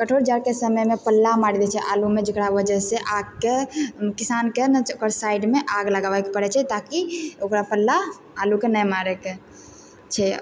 कठोर जाड़के समयमे पल्ला मारि दै छै आलूमे जकरा वजह से आगके किसानके ने ओकर साइडमे आग लगबैके पड़ै छै ताकि ओकरा पल्ला आलूके नहि मारैके छै